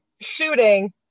shooting